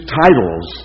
titles